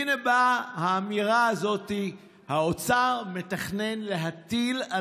והינה באה האמירה הזאת: האוצר מתכנן להטיל על